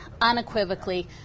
unequivocally